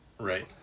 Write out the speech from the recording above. Right